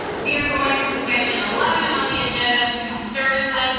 we are going to section eleven on the agenda, student services.